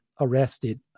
arrested